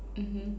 mmhmm